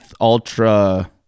Ultra